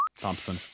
Thompson